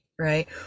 right